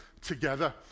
together